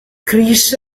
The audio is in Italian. chris